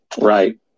Right